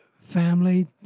family